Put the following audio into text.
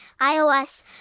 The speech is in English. iOS